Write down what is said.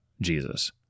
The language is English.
Jesus